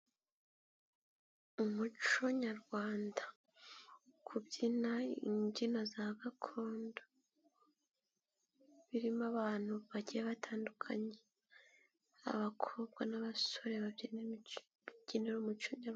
Umuco nyarwanda, kubyina imbyino za gakondo, birimo abantu bagiye batandukanye abakobwa n'abasore babyinira umuco nyarwanda.